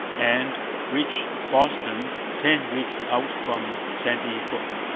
and reached boston ten weeks out from sandy hook.